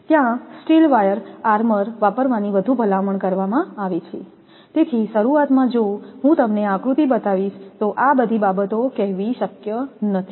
ત્યાં steel wire armour વાપરવાની વધુ ભલામણ કરવામાં આવે છે તેથી શરૂઆતમાં જો હું તમને આકૃતિ બતાવીશ તો આ બધી બાબતો કહેવી શક્ય નથી